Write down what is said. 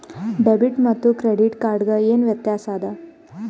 Debit ಮತ್ತ credit card ಗೆ ಏನ ವ್ಯತ್ಯಾಸ ಆದ?